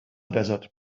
desert